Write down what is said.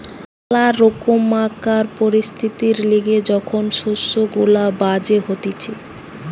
ম্যালা রকমকার পরিস্থিতির লিগে যখন শস্য গুলা বাজে হতিছে